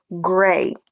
gray